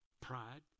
Pride